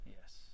Yes